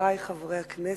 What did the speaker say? חברי חברי הכנסת,